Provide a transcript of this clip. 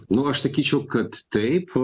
nu aš sakyčiau kad taip